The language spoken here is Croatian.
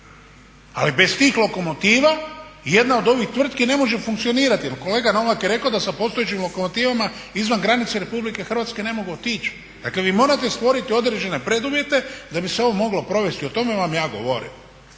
ali bez tih lokomotiva jedna od ovih tvrtki ne može funkcionirati jer kolega Novak je rekao da sa postojećim lokomotivama izvan granica Republike Hrvatske ne mogu otići, dakle vi morate stvoriti određene preduvjete da bi se ovo moglo provesti. O tome vam ja govorim.